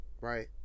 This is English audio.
right